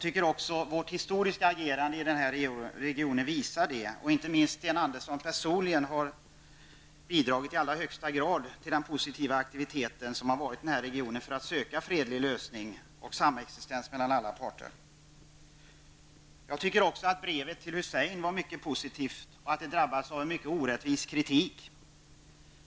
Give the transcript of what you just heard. Också vårt agerande historiskt sett i denna region visar detta, och inte minst har Sten Andersson personligen i allra högsta grad bidragit till den positiva aktivitet som har skett i denna region för att söka en fredlig lösning och samexistens mellan alla parter. Jag anser också att brevet till Saddam Hussein var något mycket positivt, och att det drabbades av en mycket orättvist kritik.